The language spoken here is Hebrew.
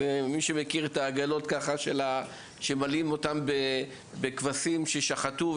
מי שמכיר את העגלות שממלאים אותן בכבשים ששחטו,